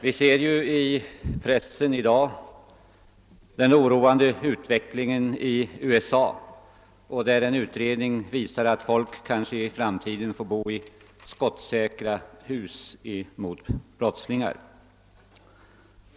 Vi kan i dag läsa i pressen om den oroande uvecklingen i USA, där en utred ning visar att folk i framtiden kanske får bo i skottsäkra hus för att skydda sig mot brottslingar.